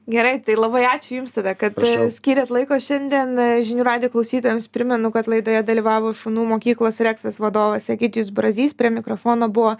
gerai tai labai ačiū jums tada kad skyrėt laiko šiandien žinių radijo klausytojams primenu kad laidoje dalyvavo šunų mokyklos reksas vadovas egidijus brazys prie mikrofono buvo